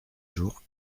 jour